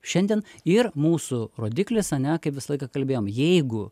šiandien ir mūsų rodiklis ane kaip visą laiką kalbėjom jeigu